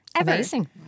amazing